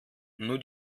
nur